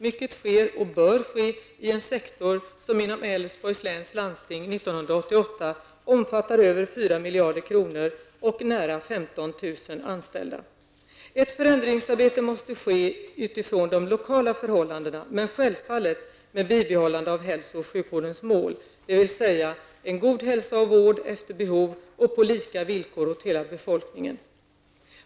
Mycket sker och bör ske i en sektor, som inom Älvsborgs läns landsting år Ett förändringsarbete måste ske utifrån de lokala förhållandena, men självfallet med bibehållande av hälso och sjukvårdens mål, dvs. en god hälsa och vård efter behov och på lika villkor åt hela befolkningen.